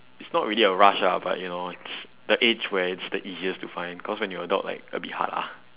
it's not really a rush ah but you know it's the age where it's the easiest to find cause when you are a adult like a bit hard ah